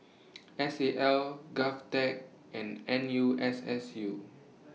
S A L Govtech and N U S S U